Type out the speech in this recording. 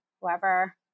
whoever